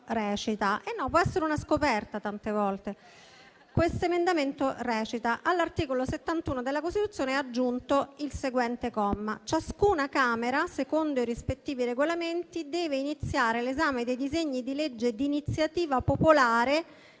Questo emendamento recita: «All'articolo 71 della Costituzione è aggiunto, in fine, il seguente comma: "Ciascuna Camera, secondo i rispettivi regolamenti, deve iniziare l'esame dei disegni di legge di iniziativa popolare